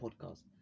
podcast